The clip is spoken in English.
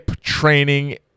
training